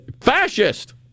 Fascist